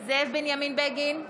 זאב בנימין בגין,